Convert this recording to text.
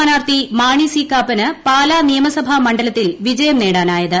സ്ഥാനാർത്ഥി മാണി സി കാപ്പന് പാലാ നിയമസഭാ മത്സരത്തിൽ വിജയം നേടിന്നുായത്